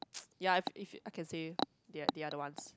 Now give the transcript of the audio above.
ya if if I can say they are they are the ones